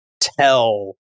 tell